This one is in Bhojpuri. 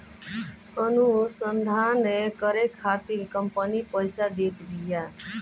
अनुसंधान करे खातिर कंपनी पईसा देत बिया